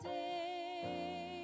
day